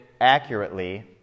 accurately